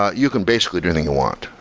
ah you can basically do anything you want.